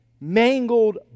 mangled